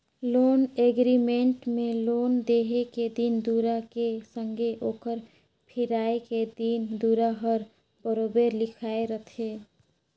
loan agreement में loan देहे के दिन दुरा के संघे ओकर फिराए के दिन दुरा हर बरोबेर लिखाए रहथे